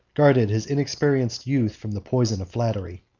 guarded his unexperienced youth from the poison of flattery.